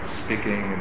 speaking